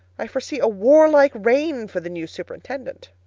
i foresee a warlike reign for the new superintendent.